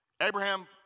Abraham